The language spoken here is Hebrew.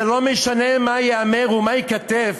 לא משנה מה ייאמר ומה ייכתב